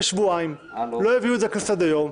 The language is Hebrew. שבועיים ולא הביאו את זה לסדר היום.